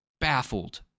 baffled